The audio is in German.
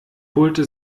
holte